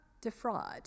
defraud